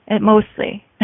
mostly